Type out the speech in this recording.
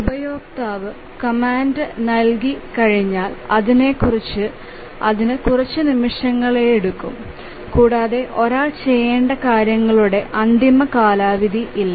ഉപയോക്താവ് കമാൻഡ് നൽകിയുകഴിഞ്ഞാൽ അതിന് കുറച്ച് നിമിഷങ്ങളെടുക്കും കൂടാതെ ഒരാൾ ചെയ്യേണ്ട കാര്യങ്ങളുടെ അന്തിമകാലാവധി ഇല്ല